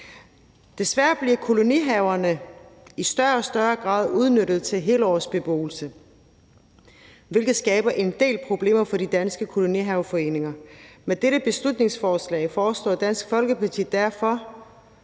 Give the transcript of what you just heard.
Desværre bliver kolonihaverne i større og større grad udnyttet til helårsbeboelse, hvilket skaber en del problemer for de danske kolonihaveforeninger. Med dette beslutningsforslag foreslår Dansk Folkeparti derfor,